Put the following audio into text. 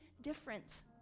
different